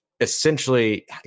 Essentially